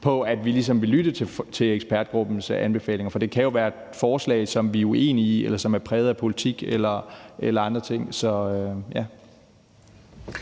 til at vi vil lytte til ekspertgruppens anbefalinger. For det kan jo være forslag, som vi er uenige i, eller som er præget af politik eller andre ting.